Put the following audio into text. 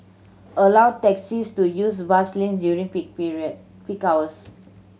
allow taxis to use bus lanes during peak peak hours